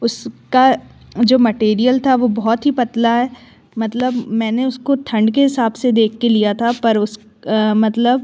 उसका जो मटीरियल था वह बहुत ही पतला है मतलब मैंने उसको ठंड के हिसाब से देख कर लिया था पर उस मतलब